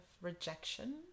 rejection